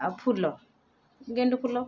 ଆଉ ଫୁଲ ଗେଣ୍ଡୁ ଫୁଲ